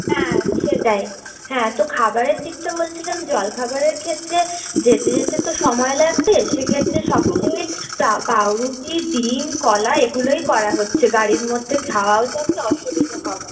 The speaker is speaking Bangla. হ্যাঁ সেটাই হ্যাঁ তো খাবারের দিকটা বলছিলাম জলখাবারের ক্ষেত্রে যেতে যেতে তো সময় লাগবে সেক্ষেত্রে সকালে ওই পাউরুটি ডিম কলা এগুলোই করা হচ্ছে গাড়ির মধ্যে খাওয়াও যাবে অসুবিধে হবে না